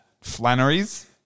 Flannery's